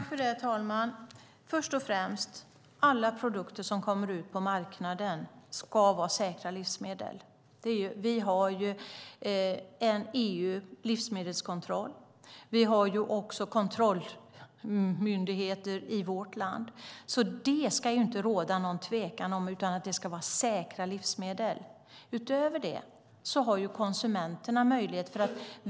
Herr talman! Först och främst: Alla produkter som kommer ut på marknaden ska vara säkra livsmedel. Vi har EU:s livsmedelskontroll. Vi har också kontrollmyndigheter i vårt land. Det ska inte råda någon tvekan om det, utan det ska vara säkra livsmedel. Utöver det har konsumenterna möjlighet.